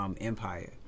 Empire